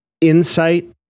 insight